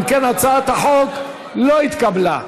אם כן, הצעת החוק לא התקבלה.